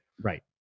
Right